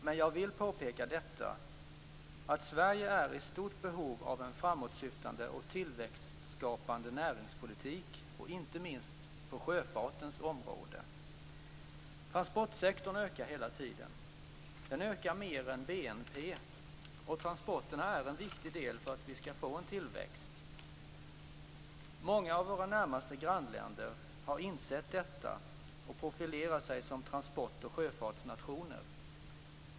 Men jag vill påpeka detta, att Sverige är i stort behov av en framåtsyftande och tillväxtskapande näringspolitik, inte minst på sjöfartens område. Transportsektorn ökar hela tiden. Den ökar mer än BNP, och transporterna är en viktig del för att vi skall få en tillväxt. Många av våra närmaste grannländer har insett detta och profilerar sig som transport och sjöfartsnationer.